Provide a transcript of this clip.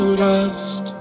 dust